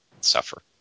suffer